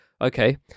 Okay